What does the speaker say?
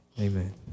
amen